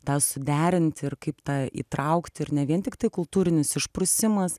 tą suderinti ir kaip tą įtraukti ir ne vien tiktai kultūrinis išprusimas